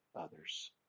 others